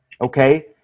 okay